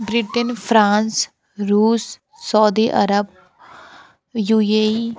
Britain France Russia Saudi Arabia U A E